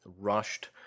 rushed